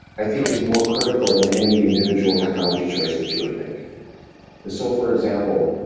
i think is more critical than any individual technology choice that you would make so for example,